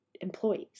employees